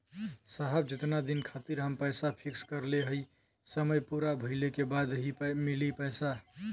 साहब जेतना दिन खातिर हम पैसा फिक्स करले हई समय पूरा भइले के बाद ही मिली पैसा?